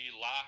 lock